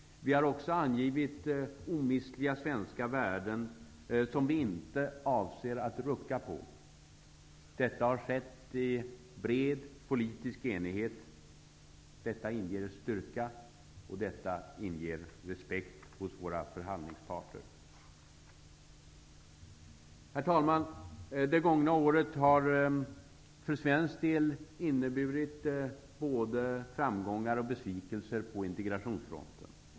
Vi har också angivit omistliga svenska värden, som vi inte avser att rucka på. Detta har skett i bred politisk enighet. Detta inger styrka, och det inger respekt hos våra förhandlingspartner. Herr talman! Det gångna året har för svensk del inneburit både framgångar och besvikelser på integrationsfronten.